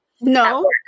No